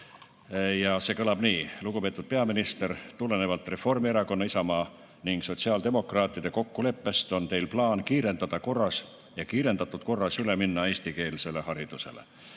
Ja see kõlab nii:"Lugupeetud peaminister! Tulenevalt Reformierakonna, Isamaa ning Sotsiaaldemokraatide kokkuleppest on teil plaan kiirendatud korras üle minna eestikeelsele haridusele.